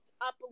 up